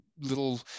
little